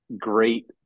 great